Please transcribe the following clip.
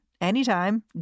anytime